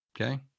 okay